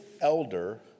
elder